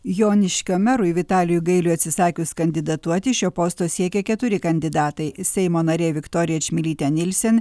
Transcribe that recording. joniškio merui vitalijui gailiui atsisakius kandidatuoti šio posto siekė keturi kandidatai seimo narė viktorija čmilytė nielsen